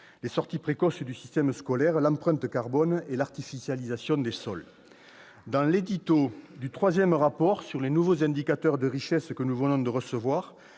les sorties précoces du système scolaire, l'empreinte carbone et l'artificialisation des sols. Dans l'édito du troisième rapport sur les nouveaux indicateurs de richesse, que nous venons de recevoir,